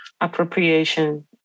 appropriation